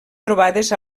trobades